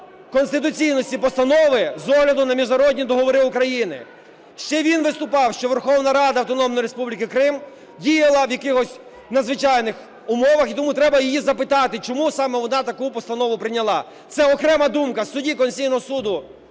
конституційності постанови з огляду на міжнародні договори України. Ще він виступав, що Верховна Рада Автономної Республіки Крим діяла в якихось надзвичайних умовах, і тому треба її запитати, чому саме вона таку постанову вона прийняла. Це окрема думка судді Конституційного Суду